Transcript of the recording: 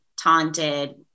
taunted